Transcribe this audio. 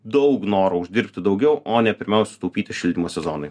daug noro uždirbti daugiau o ne pirmiau sutaupyti šildymo sezonui